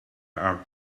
our